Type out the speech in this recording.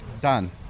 Done